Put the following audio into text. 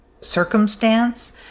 circumstance